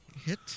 Hit